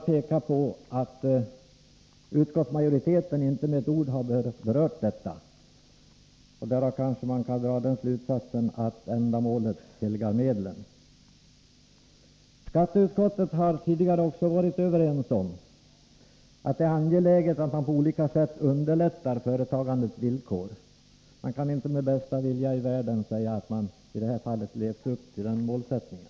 Utskottsmajoriteten har inte med ett ord berört detta. Därav kan man kanske dra den slutsatsen att ändamålet helgar medlen. Skatteutskottet har förut också varit enigt om att det är angeläget att man på olika sätt underlättar företagandets villkor. Man kan inte med bästa vilja i världen säga att man i detta fall har levt upp till den målsättningen.